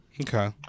Okay